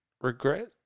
Regret